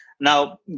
Now